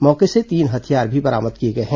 मौके से तीन हथियार बरामद किए गए हैं